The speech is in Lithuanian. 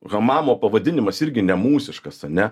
hamamo pavadinimas irgi ne mūsiškas ane